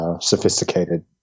sophisticated